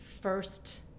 first